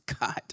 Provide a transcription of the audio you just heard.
God